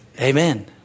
amen